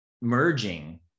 merging